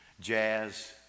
jazz